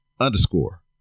underscore